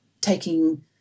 taking